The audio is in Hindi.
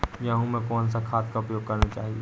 गेहूँ में कौन सा खाद का उपयोग करना चाहिए?